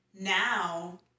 now